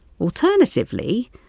Alternatively